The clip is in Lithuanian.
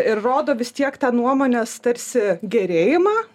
ir rodo vis tiek tą nuomonės tarsi gerėjimą